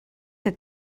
que